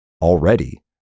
already